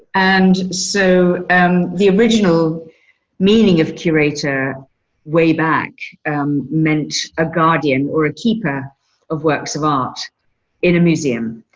and so and the original meaning of curator way back um meant a guardian or a keeper of works of art in a museum.